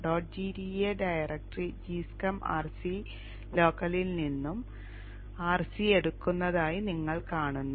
gda directory gschem r c ലോക്കലിൽ നിന്നും r c എടുക്കുന്നതായി നിങ്ങൾ കാണുന്നു